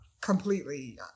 completely